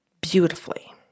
beautifully